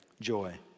Joy